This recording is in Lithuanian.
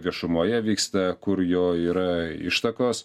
viešumoje vyksta kur jo yra ištakos